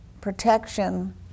protection